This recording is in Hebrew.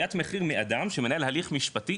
גביית מחיר מאדם שמנהל הליך משפטי,